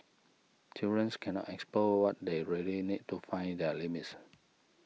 children's cannot explore what they really need to find their limits